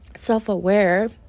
self-aware